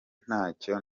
ntacyo